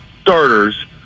starters